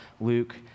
Luke